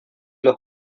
los